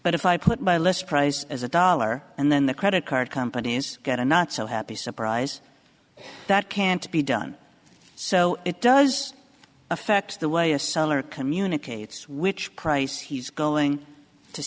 but if i put my list price as a dollar and then the credit card companies get a not so happy surprise that can't be done so it does affect the way a seller communicates which price he's going to